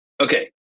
Okay